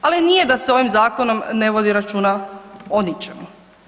Ali nije da se ovim zakonom ne vodi računa o ničemu.